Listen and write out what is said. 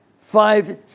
Five